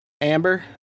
Amber